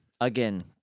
Again